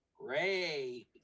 Great